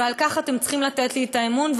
ועל כך אתם צריכים לתת לי את האמון,